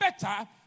better